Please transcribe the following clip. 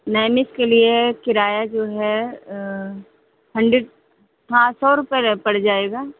नैमिश के लिए किराया जो है हंडरेड हाँ सौ रुपये पड़ जाएगा